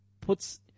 puts